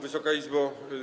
Wysoka Izbo!